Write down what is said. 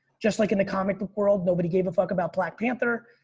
just like in the comic book world nobody gave a fuck about black panther.